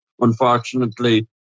unfortunately